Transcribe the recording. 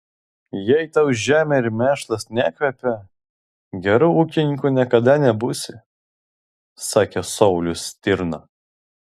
jei tau žemė ir mėšlas nekvepia geru ūkininku niekada nebūsi sakė saulius stirna